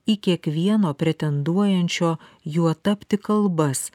į kiekvieno pretenduojančio juo tapti kalbas